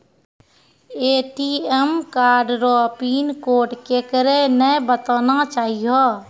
ATM card रो PIN code केकरै नाय बताना चाहियो